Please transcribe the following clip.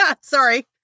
Sorry